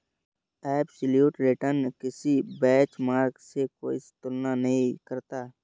absolute return किसी benchmark से कोई तुलना नहीं करता